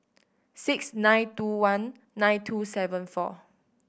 six nine two one nine two seven four